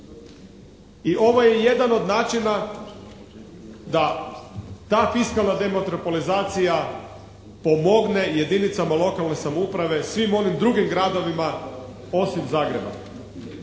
I ovo je jedan od načina da ta fiskalna dempotropolizacija pomogne jedinicama lokalne samouprave, svim onim drugim gradovima osim Zagreba.